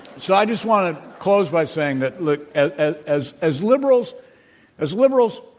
so, i just want to close by saying that, look, ah as as liberals as liberals,